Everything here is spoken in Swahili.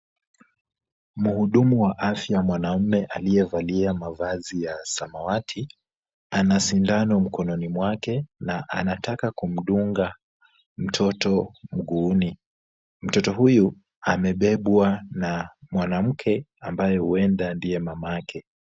Muhudumu wa afya mwanamme aliyevalia mavazi ya samawati, ana sindano mkononi mwake na anataka kumdunga mtoto mguuni. Mtoto huyu amebebwa na mwanamke ambaye huenda ndiye mamake.